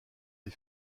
les